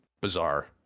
bizarre